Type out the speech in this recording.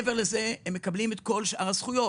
מעבר לזה הם מקבלים את כל שאר הזכויות.